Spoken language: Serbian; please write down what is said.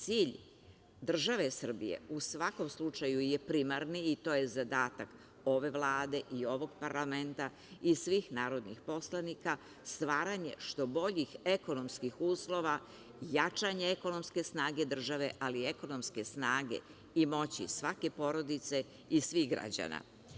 Cilj države Srbije u svakom slučaju je primarni i to je zadatak ove Vlade i ovog parlamenta i svih narodnih poslanika, stvaranje što bolje ekonomskih uslova, jačanje ekonomske snage države, ali i ekonomske snage i moći svake porodice i svih građana.